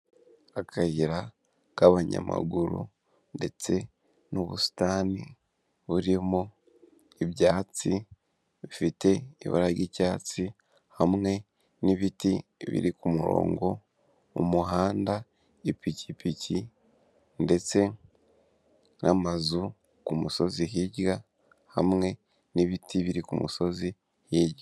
Akayira k'abanyamaguru ndetse n'ubusitani burimo ibyatsi bifite ibara ry'icyatsi, hamwe n'ibiti biri ku murongo mu muhanda ipikipiki, ndetse n'amazu ku musozi hirya hamwe n'ibiti biri ku musozi hirya.